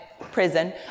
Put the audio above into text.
prison